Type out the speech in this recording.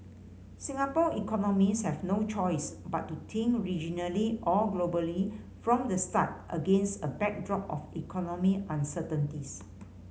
Singapore economics have no choice but to think regionally or globally from the start against a backdrop of economic uncertainties